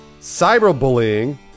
cyberbullying